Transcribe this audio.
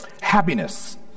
happiness